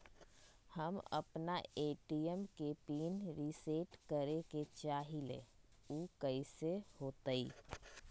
हम अपना ए.टी.एम के पिन रिसेट करे के चाहईले उ कईसे होतई?